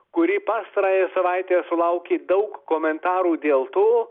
kuri pastarąją savaitę sulaukė daug komentarų dėl to